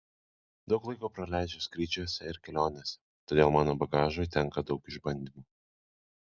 daug laiko praleidžiu skrydžiuose ir kelionėse todėl mano bagažui tenka daug išbandymų